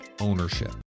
ownership